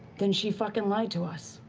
then she fucking lied to us.